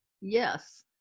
Yes